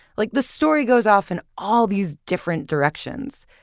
like the story goes off in all these different directions.